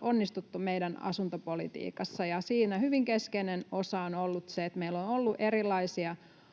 onnistuttu meidän asuntopolitiikassa, ja siinä hyvin keskeinen osa on ollut se, että meillä on ollut erilaisia